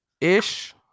ish